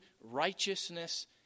righteousness